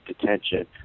detention